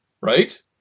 right